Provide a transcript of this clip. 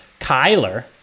Kyler